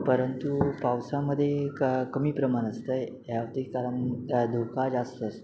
परंतु पावसामध्ये का कमी प्रमाण असतंय यावरती कारण धोका जास्त असतो